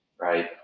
right